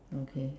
okay